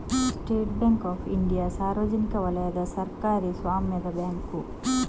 state Bank of India ಸಾರ್ವಜನಿಕ ವಲಯದ ಸರ್ಕಾರಿ ಸ್ವಾಮ್ಯದ ಬ್ಯಾಂಕು